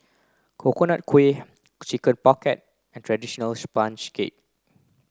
Coconut Kuih Chicken Pocket and traditional sponge cake